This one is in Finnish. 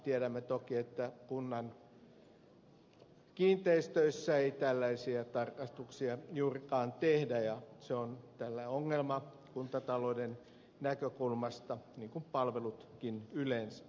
tiedämme toki että kunnan kiinteistöissä ei tällaisia tarkastuksia juurikaan tehdä ja se on ongelma kuntatalouden näkökulmasta niin kuin palvelutkin yleensä